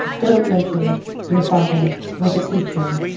don't mention your father was a teacher,